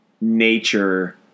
nature